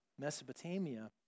Mesopotamia